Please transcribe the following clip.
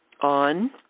on